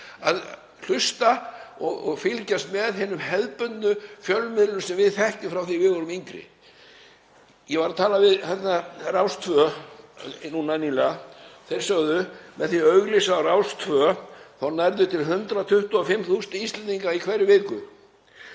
að hlusta og fylgjast með hinum hefðbundnu fjölmiðlum sem við þekkjum frá því við vorum yngri. Ég var að tala við Rás 2 nýlega. Þeir sögðu: Með því að auglýsa á Rás 2 nærðu til 125.000 Íslendinga í hverri viku.